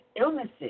illnesses